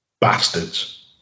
Bastards